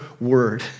word